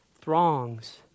throngs